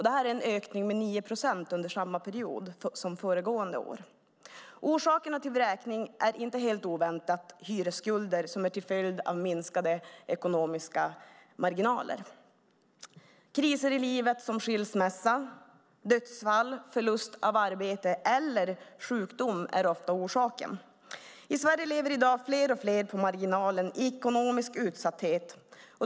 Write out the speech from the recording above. Det är en ökning med 9 procent jämfört med samma period föregående år. Orsakerna till vräkning är inte helt oväntat hyresskulder till följd av minskade ekonomiska marginaler. Kriser i livet som skilsmässa, dödsfall, förlust av arbete eller sjukdom är ofta orsaken. I Sverige lever i dag fler och fler på marginalen i ekonomisk utsatthet.